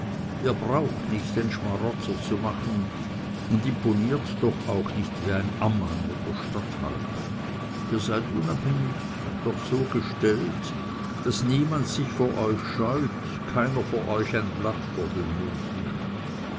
ihr braucht nicht den schmarotzer zu machen und imponiert doch auch nicht wie ein ammann oder statthalter ihr seid unabhängig und doch so gestellt daß niemand sich vor euch scheut keiner vor euch ein blatt vor den mund nimmt